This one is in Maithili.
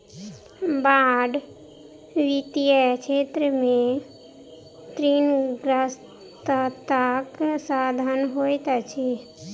बांड वित्तीय क्षेत्र में ऋणग्रस्तताक साधन होइत अछि